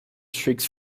streaks